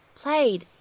played